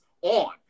on